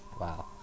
Wow